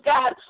God